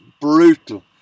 brutal